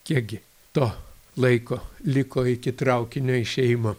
kiek gi to laiko liko iki traukinio išėjimo